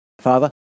Father